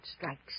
strikes